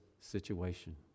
situation